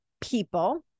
people